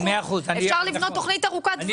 אפשר לבנות תכנית ארוכת טווח.